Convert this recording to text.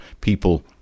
people